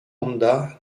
honda